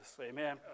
amen